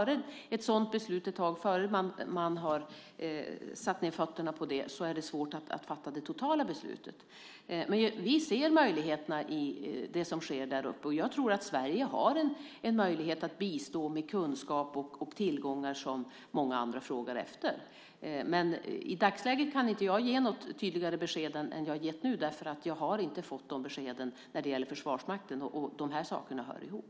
Innan man har satt ned fötterna här är det svårt att fatta det totala beslutet. Men vi ser möjligheterna i det som sker däruppe. Och jag tror att Sverige har en möjlighet att bistå med kunskaper och tillgångar som många andra frågar efter. I dagsläget kan jag inte ge ett tydligare besked än det som jag har gett nu, därför att jag har inte fått beskeden när det gäller Försvarsmakten, och de här sakerna hör ihop.